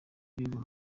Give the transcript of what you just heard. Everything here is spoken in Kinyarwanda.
w’igihugu